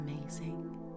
amazing